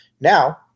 now